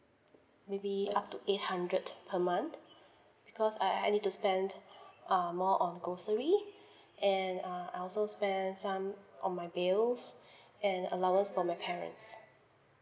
maybe up to eight hundred per month because I I I need to spend uh more on grocery and uh I also spend some on my bills and allowance for my parents